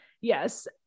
Yes